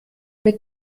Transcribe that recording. mit